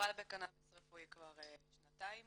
מטופל בקנאביס רפואי כבר שנתיים.